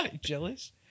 Jealous